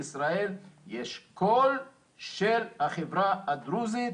ויש לנו הרבה דברים נגד התוכנית,